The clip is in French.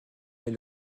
elle